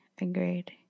Agreed